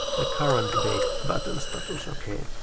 the current button status. okay.